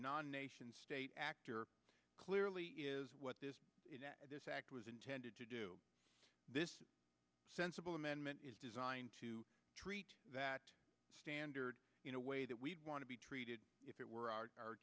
multi nation state actor clearly is what this this act was intended to do this sensible amendment is designed to treat that standard in a way that we'd want to be treated if it were our